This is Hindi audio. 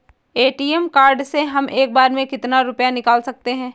ए.टी.एम कार्ड से हम एक बार में कितना रुपया निकाल सकते हैं?